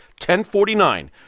1049